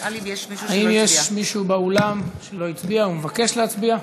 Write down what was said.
האם יש מישהו באולם שלא הצביע ומבקש להצביע?